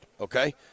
Okay